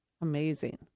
Amazing